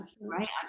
right